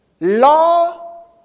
Law